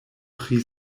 pri